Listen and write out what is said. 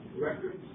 records